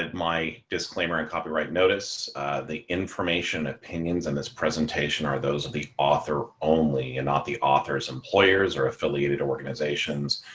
my disclaimer and copyright notice the information opinions in this presentation are those of the author only and not the authors employers are affiliated organizations.